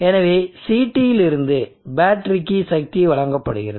எனவே CTலிருந்து பேட்டரிக்கு சக்தி வழங்கப்படுகிறது